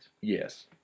Yes